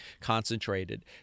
concentrated